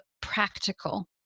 practical